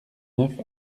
neuf